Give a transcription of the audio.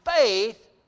faith